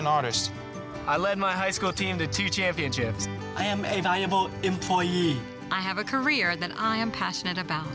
an artist i led my high school team to two championships i am a valuable employee i have a career that i am passionate about